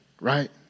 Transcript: Right